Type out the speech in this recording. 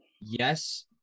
Yes